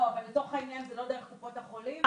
זה לא דרך קופות החולים?